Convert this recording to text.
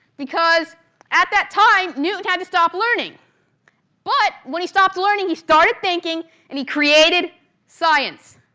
because at that time newton had to stop learning but when he stopped learning he started thinking and he created science.